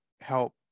help